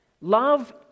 Love